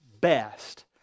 best